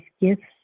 gifts